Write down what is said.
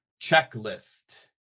checklist